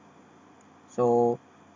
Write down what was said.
so